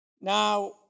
Now